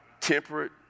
Temperate